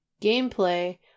Gameplay